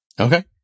Okay